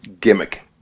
gimmick